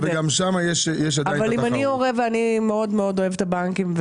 אם אני הורה ומאוד אוהב את הבנקים,